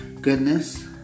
goodness